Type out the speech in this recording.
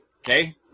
Okay